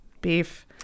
Beef